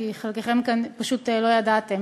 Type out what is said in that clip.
כי חלקכם כאן פשוט לא ידעתם,